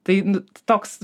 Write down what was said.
tai nu toks